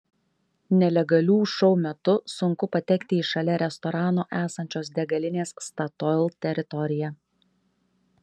nelegalių šou metu sunku patekti į šalia restorano esančios degalinės statoil teritoriją